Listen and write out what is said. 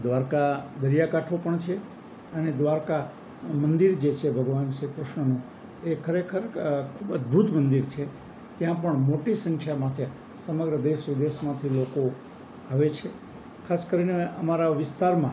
દ્વારકા દરિયાકાંઠો પણ છે અને દ્વારકા મંદિર જે છે ભગવાન શ્રી કૃષ્ણનું એ ખરેખર ખૂબ અદભૂત મંદિર છે ત્યાં પણ મોટી સંખ્યામાં ત્યાં સમગ્ર દેશ વિદેશમાંથી લોકો આવે છે ખાસ કરીને અમારા વિસ્તારમાં